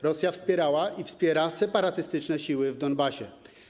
Rosja wspierała i wspiera separatystyczne siły w Donbasie.